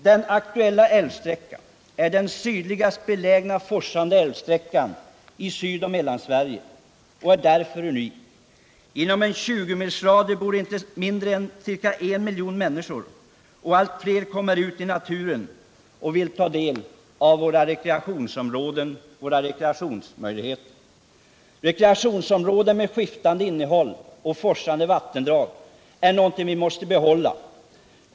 Den aktuella älvsträckan är den sydligast belägna forsande Torsdagen den älvsträckan i Mellansverige och är därför unik. Inom en 20-mils radie 15 december 1977 bor inte mindre än ca 1 miljon människor, och allt fler kommer ut i naturen och vill ta del av våra rekreationsmöjligheter. Rekreationsom = Den fysiska råden med skiftande innehåll och forsande vattendrag är någonting som = riksplaneringen för vi måste behålla.